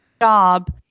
job